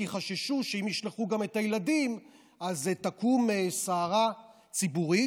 כי חששו שאם ישלחו גם את הילדים אז תקום סערה ציבורית,